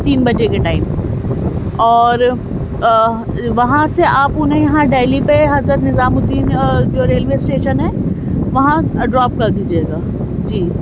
تین بجے کے ٹائم اور وہاں سے آپ انہیں یہاں دہلی پہ حضرت نظام الدین جو ریلوے اسٹیشن ہے وہاں ڈراپ کر دیجئے گا جی